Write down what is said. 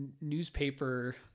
newspaper